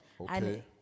Okay